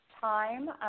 time